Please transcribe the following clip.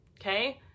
Okay